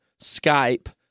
Skype